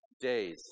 days